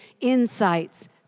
insights